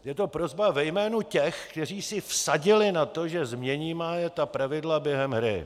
Je to prosba ve jménu těch, kteří si vsadili na to, že změníme pravidla během hry.